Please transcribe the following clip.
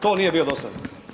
To nije bilo do sad.